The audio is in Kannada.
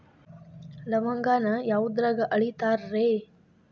ಲವಂಗಾನ ಯಾವುದ್ರಾಗ ಅಳಿತಾರ್ ರೇ?